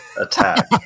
attack